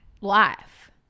life